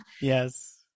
Yes